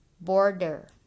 Border